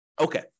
okay